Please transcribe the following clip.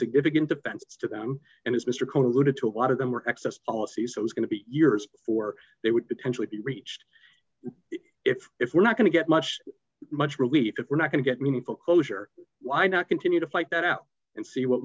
significant dependence to them and as mr concluded to a lot of them were excess policies it was going to be years before they would potentially be reached if if we're not going to get much much relief if we're not going to get meaningful closure why not continue to fight that out and see what